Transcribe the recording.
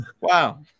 Wow